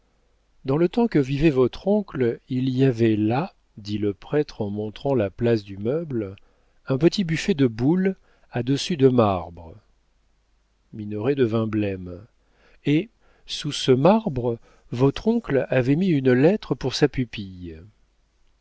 dans le temps que vivait votre oncle il y avait là dit le prêtre en montrant la place du meuble un petit buffet de boulle à dessus de marbre minoret devint blême et sous ce marbre votre oncle avait mis une lettre pour sa pupille